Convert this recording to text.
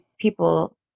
people